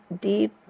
deep